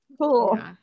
cool